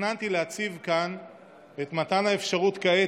תכננתי להציב כאן את מתן האפשרות כעת